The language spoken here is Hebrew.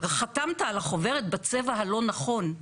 חתמת על החוברת בצבע הלא נכון,